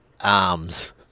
arms